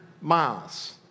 miles